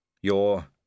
Your